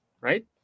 right